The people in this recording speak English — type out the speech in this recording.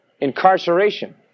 incarceration